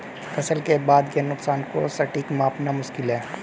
फसल के बाद के नुकसान को सटीक मापना मुश्किल है